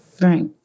Right